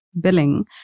billing